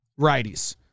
righties